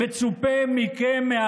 מצופה מכם,